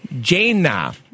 Jaina